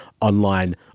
online